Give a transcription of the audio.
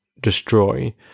destroy